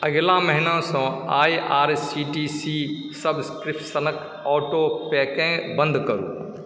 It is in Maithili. अगिला महिनासँ I R C T C subscription क ऑटो पे केँ बन्द करू